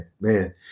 man